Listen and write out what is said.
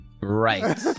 Right